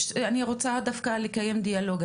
אני רוצה דווקא לקיים דיאלוג,